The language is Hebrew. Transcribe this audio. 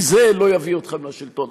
כי זה לא יביא אתכם לשלטון.